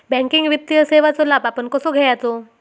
Banking वित्तीय सेवाचो लाभ आपण कसो घेयाचो?